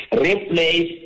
Replace